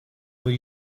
will